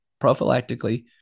prophylactically